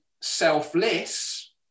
selfless